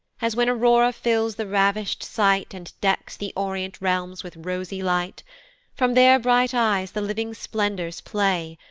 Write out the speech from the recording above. as when aurora fills the ravish'd sight, and decks the orient realms with rosy light from their bright eyes the living splendors play,